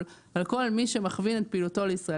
על כל מי שמכווין את פעילותו לישראל.